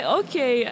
okay